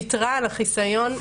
ויתרה על החיסיון.